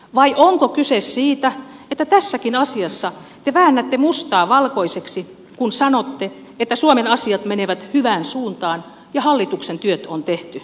vai onko kyse siitä että tässäkin asiassa te väännätte mustaa valkoiseksi kun sanotte että suomen asiat menevät hyvään suuntaan ja hallituksen työt on tehty